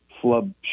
flub